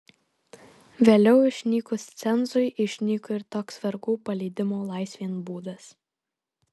vėliau išnykus cenzui išnyko ir toks vergų paleidimo laisvėn būdas